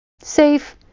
safe